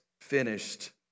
finished